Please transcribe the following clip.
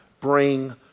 bring